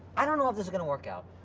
i don't know if this is gonna work out.